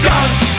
Guns